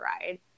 ride